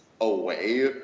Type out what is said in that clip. away